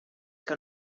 que